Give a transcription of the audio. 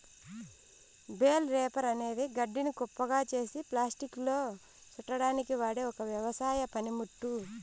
bale wrapper అనేది గడ్డిని కుప్పగా చేసి ప్లాస్టిక్లో చుట్టడానికి వాడె ఒక వ్యవసాయ పనిముట్టు